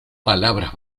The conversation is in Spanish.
palabras